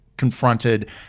confronted